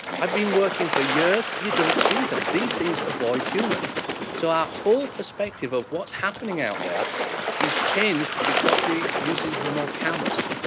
i've been working for years and you don't see them these things avoid humans so our whole perspective of what's happening out there is changed because we use these remote cameras.